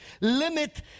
limit